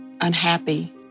unhappy